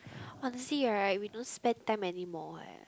honestly right we don't spend time anymore eh